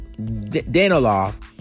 Danilov